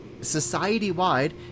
society-wide